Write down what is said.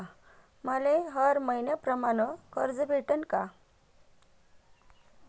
मले हर मईन्याप्रमाणं कर्ज भेटन का?